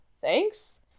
thanks